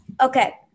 Okay